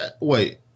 Wait